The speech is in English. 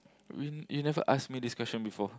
we you never ask me this question before